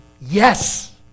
Yes